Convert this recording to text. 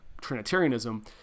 Trinitarianism